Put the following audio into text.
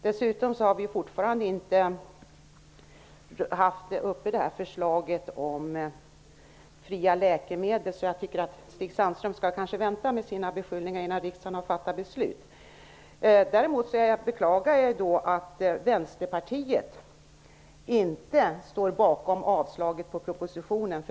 Dessutom har vi ännu inte haft förslaget beträffande de fria läkemedlen uppe till behandling. Jag tycker att Stig Sandström skall vänta med sina beskyllningar till dess att riksdagen har fattat sina beslut. Däremot beklagar jag att Vänsterpartiet inte står bakom yrkandet om avslag på propositionen.